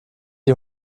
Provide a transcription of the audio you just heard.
die